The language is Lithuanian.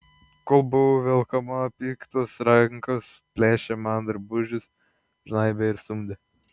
kol buvau velkama piktos rankos plėšė man drabužius žnaibė ir stumdė